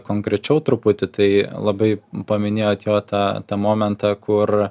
konkrečiau truputį tai labai paminėjot jo tą tą momentą kur